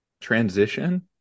transition